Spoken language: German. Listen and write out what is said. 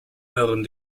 höheren